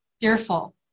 fearful